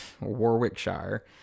Warwickshire